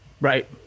Right